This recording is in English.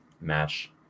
match